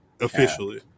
officially